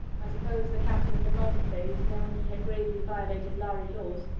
i suppose the captain of the multiphase, knowing he had gravely violated lhari laws,